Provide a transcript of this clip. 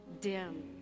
dim